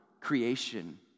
creation